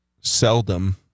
seldom